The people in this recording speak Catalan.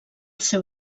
seu